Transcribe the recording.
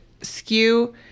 skew